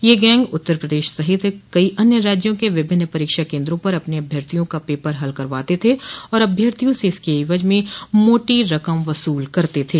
यह गैंग उत्तर प्रदेश सहित कई अन्य राज्यों के विभिन्न परीक्षा केन्द्रों पर अपने अभ्यर्थियों का पेपर हल करवाते थे और अभ्यर्थियों से इसके एवज में मोटी रकम वसूल करते थे